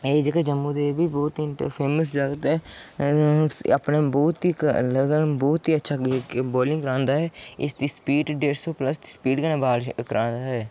एह् जेह्के जम्मू दे एह् बी बहुत ई फेमस जागत न अपना बहुत ई इक अलग बहुत ई अच्छी बाॅलिग करांदा ऐ एह् इसदी स्पीड डेढ सौ प्लस दी स्पीड कन्नै बाॅल करांदा ऐ एह्